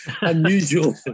unusual